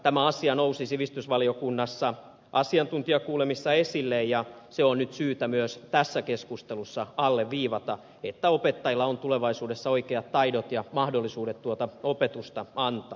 tämä asia nousi sivistysvaliokunnassa asiantuntijakuulemisissa esille ja se on nyt syytä myös tässä keskustelussa alleviivata jotta opettajilla on tulevaisuudessa oikeat taidot ja mahdollisuudet tuota opetusta antaa